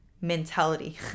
mentality